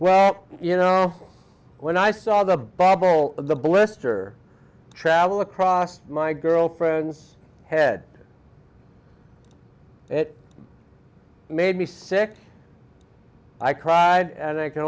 well you know when i saw the babble of the blister travel across my girlfriend's head it made me sick i cried and i c